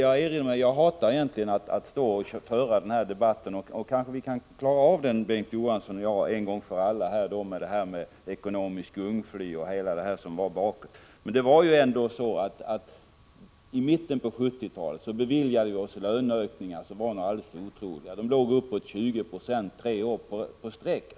Jag hatar egentligen att stå här och föra den här debatten. Kanske vi, Bengt Johansson och jag, kan klara av det här med ekonomiskt gungfly en gång för alla. I mitten av 1970-talet beviljade vi oss löneökningar som var alldeles otroliga. Arbetskostnadsökningarna låg på uppåt 20 90 tre år i sträck.